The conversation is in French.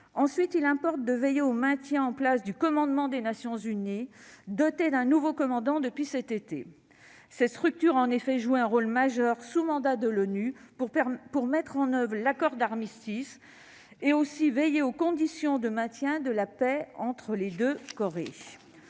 Ensuite, il importe de veiller au maintien en place du commandement des Nations unies, doté d'un nouveau commandant depuis cet été. Cette structure a en effet joué un rôle majeur, sous mandat de l'ONU, pour mettre en oeuvre l'accord d'armistice et veiller aux conditions du maintien de la paix entre les deux Corées.